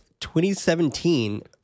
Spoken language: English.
2017